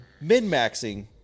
min-maxing